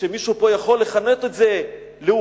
שמישהו פה יכול לכנות את זה לאומיות,